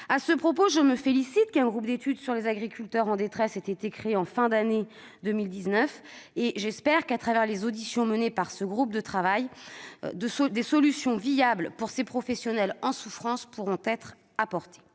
À ce propos, je me félicite qu'un groupe de travail sur les agriculteurs en détresse ait été créé à la fin de l'année 2019 et j'espère que, à travers les auditions menées par celui-ci, des solutions viables pour ces professionnels en souffrance pourront être apportées.